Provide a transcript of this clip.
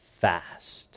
fast